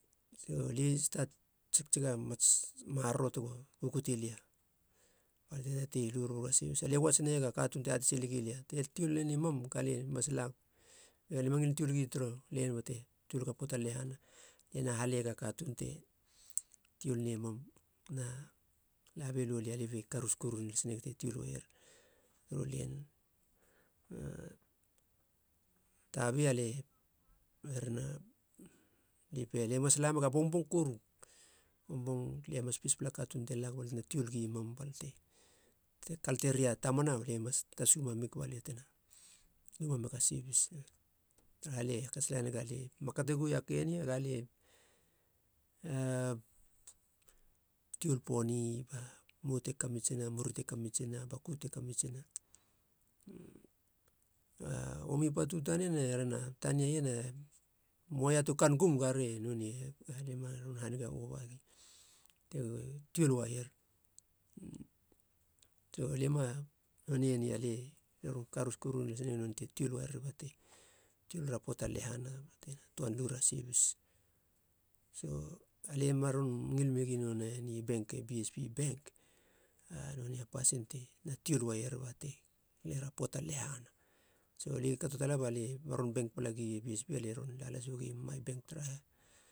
So lie stat tsektsek a mats maroro tego kukuti lia, balia te tate lu boroborog a sebis. Lie uats gi turu len bate tioliga poata lehana, lie na halega katuun te tiol ne mam, na la belo lia, lia be karos koru las neg te tiol uaier turu len, a tabi alie herena li pe lie mas la mega bongbong koru, bongbong lie mas pespela katuun te lag balia tena tiol gi mam balia te kalate ria tamana lie mas tasu mamig balia tena lu mameg a sebis taraha lie hakats talaneg alia ma kate goui a keni galie a tiol poni ba mou te kakitsina, muri te kamitsina, baku te kamitsina. Omi patu tanen e herena, tania ien e muaia tu kann gum gare, nonei galia ema ron haniga oba ii te tiol uaier so lima nonei ni alie ron karos koru neg te tiol uaier bate tiolira poata lehana batena toan luer a sebis so alie maron ngil megi eni benk. Bsp benk a nonei a pasin te na tiol uaier bate lera poata lehana. So lie kato tala balie ma ron benk bala gie bsp, lie ron la las uig i mai benk, taraha